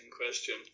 question